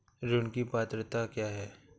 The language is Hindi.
ऋण की पात्रता क्या है?